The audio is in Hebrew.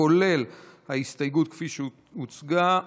כולל ההסתייגות כפי שהוצגה,